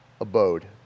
abode